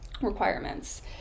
requirements